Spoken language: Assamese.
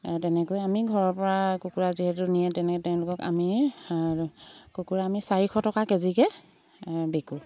তেনেকৈ আমি ঘৰৰ পৰা কুকুৰা যিহেতু নিয়ে তেনেকৈ তেওঁলোকক আমি কুকুৰা আমি চাৰিশ টকা কেজিকৈ বিকোঁ